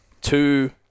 two